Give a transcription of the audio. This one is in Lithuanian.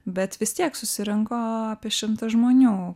bet vis tiek susirinko apie šimtą žmonių